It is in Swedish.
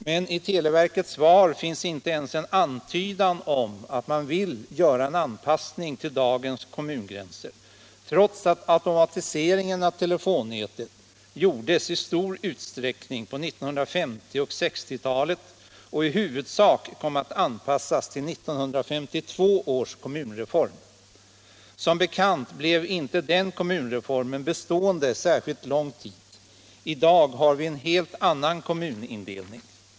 Men i televerkets svar finns inte ens en antydan om att man vill göra en anpassning till dagens kommungränser, trots att automatiseringen av telefonnätet gjordes i stor utsträckning på 1950 och 1960-talen och i huvudsak kom att anpassas till 1952 års kommunreform. Som bekant blev inte den kommunreformen bestående särskilt lång tid. I dag har vi en helt annan kommunindelning.